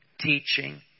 teaching